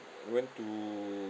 went to